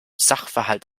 sachverhalt